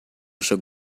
jogo